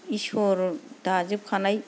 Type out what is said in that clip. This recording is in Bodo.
इसोर दाजोबखानाय